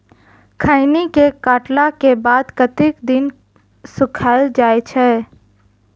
खैनी केँ काटला केँ बाद कतेक दिन सुखाइल जाय छैय?